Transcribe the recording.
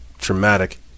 traumatic